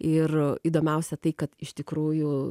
ir įdomiausia tai kad iš tikrųjų